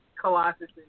Colossus